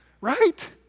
right